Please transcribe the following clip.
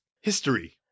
history